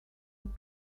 have